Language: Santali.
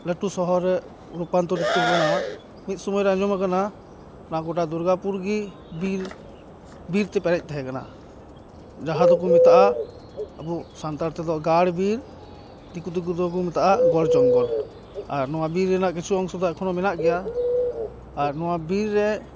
ᱞᱟᱴᱩ ᱥᱚᱦᱚᱨ ᱨᱮ ᱨᱩᱯᱟᱱᱛᱚᱨᱤᱛᱚᱣ ᱠᱟᱱᱟ ᱢᱤᱫ ᱥᱚᱢᱚᱭ ᱨᱮ ᱟᱸᱡᱚᱢ ᱟᱠᱟᱱᱟ ᱚᱱᱟ ᱜᱚᱴᱟ ᱫᱩᱨᱜᱟᱯᱩᱨ ᱜᱮ ᱵᱤᱨ ᱵᱤᱨᱛᱮ ᱯᱮᱨᱮᱡ ᱛᱟᱦᱮᱸ ᱠᱟᱱᱟ ᱡᱟᱦᱟᱸ ᱫᱚᱠᱚ ᱢᱮᱛᱟᱜᱼᱟ ᱟᱵᱚ ᱥᱟᱱᱛᱟᱲ ᱛᱮᱫᱚ ᱜᱟᱲ ᱵᱤᱨ ᱫᱤᱠᱩ ᱛᱮᱫᱚ ᱠᱚ ᱢᱮᱛᱟᱜᱼᱟ ᱜᱚᱲ ᱡᱚᱝᱜᱚᱞ ᱟᱨ ᱱᱚᱣᱟ ᱵᱤᱨ ᱨᱮᱱᱟᱜ ᱠᱤᱪᱷᱩ ᱚᱱᱥᱚ ᱫᱚ ᱮᱠᱷᱚᱱᱚ ᱢᱮᱱᱟᱜ ᱜᱮᱭᱟ ᱟᱨ ᱱᱚᱣᱟ ᱵᱤᱨ ᱨᱮ